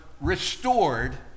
restored